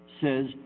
says